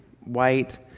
white